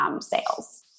sales